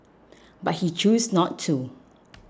but he chose not to